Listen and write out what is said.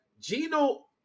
Gino